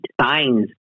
signs